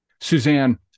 Suzanne